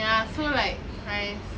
ya so like !hais!